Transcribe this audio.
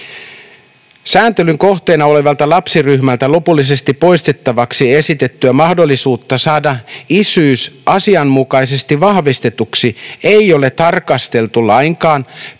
Sääntelyn kohteena olevalta lapsiryhmältä lopullisesti poistettavaksi esitettyä mahdollisuutta saada isyys asianmukaisesti vahvistetuksi ei ole tarkasteltu lainkaan